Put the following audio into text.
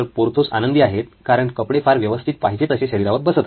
Porthos आनंदी आहेत कारण कपडे फार व्यवस्थित पाहिजे तसे शरीरावर बसत आहेत